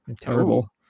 Terrible